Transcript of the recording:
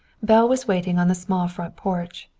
belle was waiting on the small front porch.